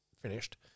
finished